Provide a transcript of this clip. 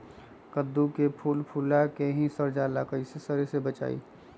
कददु के फूल फुला के ही सर जाला कइसे सरी से बचाई?